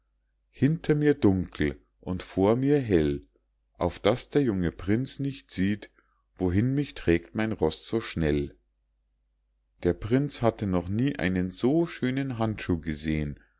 hinter mir dunkel und vor mir hell auf daß der junge prinz nicht sieht wohin mich trägt mein roß so schnell der prinz hatte noch nie einen so schönen handschuh gesehen